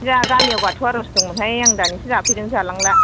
जाहा गामियाव बाथौ आर'ज दंमोनहाय दानैसो जाफैदों जालांला